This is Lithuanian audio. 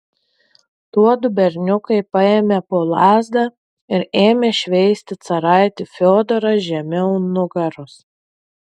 tuodu berniukai paėmė po lazdą ir ėmė šveisti caraitį fiodorą žemiau nugaros